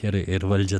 ir ir valdžią